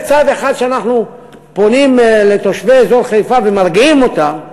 בצד זה שאנחנו פונים לתושבי אזור חיפה ומרגיעים אותם,